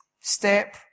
step